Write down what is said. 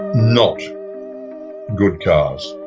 not good cars.